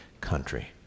country